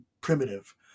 primitive